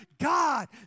God